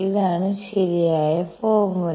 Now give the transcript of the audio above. ഇതാണ് ശരിയായ ഫോർമുല